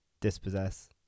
dispossess